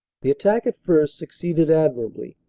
the attack at first succeeded admirably.